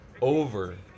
over